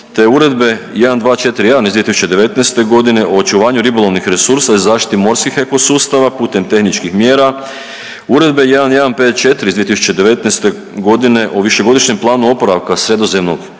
Uredbe 1241/2019 godine o očuvanju ribolovnih resursa i zaštiti morskih ekosustava putem tehničkih mjera, Uredbe 1154/2019 godine o višegodišnjem planu oporavka Sredozemnog